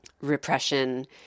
repression